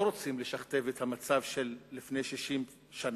לא רוצים לשכתב את המצב של לפני 60 שנה,